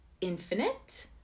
infinite